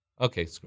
okay